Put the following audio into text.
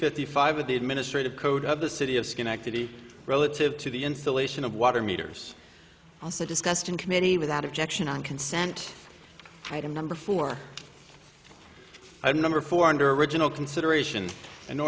fifty five of the administrative code of the city of schenectady relative to the installation of water meters also discussed in committee without objection on consent item number four number four under original consideration an